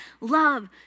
love